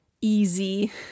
easy